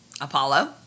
Apollo